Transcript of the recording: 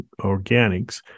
organics